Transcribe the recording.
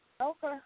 Okay